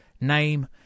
name